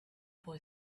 boy